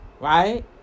Right